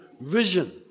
vision